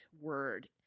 word